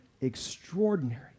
extraordinary